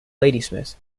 ladysmith